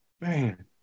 Man